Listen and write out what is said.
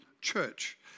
church